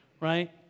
right